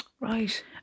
Right